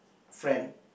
friend